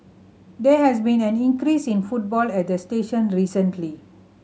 there has been an increase in footfall at the station recently